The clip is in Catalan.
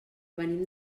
venim